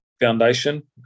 foundation